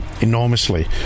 enormously